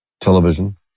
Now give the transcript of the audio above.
Television